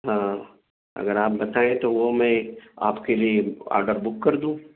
ہاں اگر آپ بتائیں تو وہ میں آپ کے لیے آڈر بک کر دوں